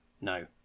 no